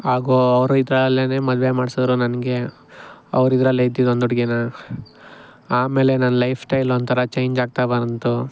ಹಾಗೂ ಅವ್ರ ಇದ್ರಲ್ಲೇ ಮದುವೆ ಮಾಡ್ಸಿದ್ರು ನನಗೆ ಅವ್ರ ಇದರಲ್ಲೇ ಇದ್ದಿದೊಂದು ಹುಡ್ಗಿನ ಆಮೇಲೆ ನನ್ನ ಲೈಫ್ ಸ್ಟೈಲ್ ಒಂಥರ ಚೇಂಜಾಗ್ತಾ ಬಂತು